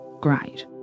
great